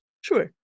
Sure